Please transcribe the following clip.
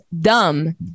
dumb